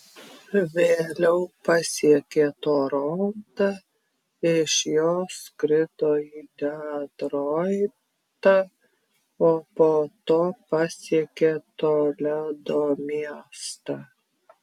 vėliau pasiekė torontą iš jo skrido į detroitą o po to pasiekė toledo miestą